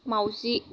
माउजि